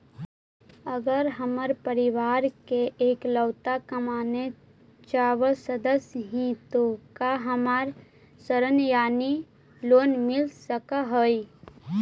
अगर हम परिवार के इकलौता कमाने चावल सदस्य ही तो का हमरा ऋण यानी लोन मिल सक हई?